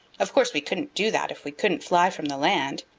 of course we couldn't do that if we couldn't fly from the land.